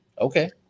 Okay